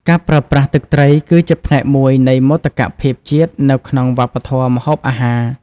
ការប្រើប្រាស់ ទឹកត្រីគឺជាផ្នែកមួយនៃមោទកភាពជាតិនៅក្នុងវប្បធម៌ម្ហូបអាហារ។